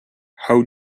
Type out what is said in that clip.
how